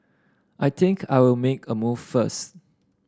I think I'll make a move first